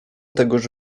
tegoż